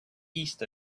east